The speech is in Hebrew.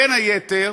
בין היתר,